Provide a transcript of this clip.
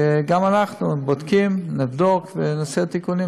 וגם אנחנו בודקים, נבדוק ונעשה תיקונים.